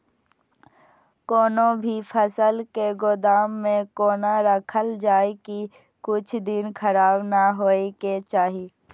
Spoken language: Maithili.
कोनो भी फसल के गोदाम में कोना राखल जाय की कुछ दिन खराब ने होय के चाही?